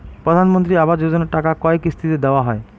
প্রধানমন্ত্রী আবাস যোজনার টাকা কয় কিস্তিতে দেওয়া হয়?